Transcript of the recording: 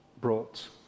brought